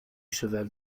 cheval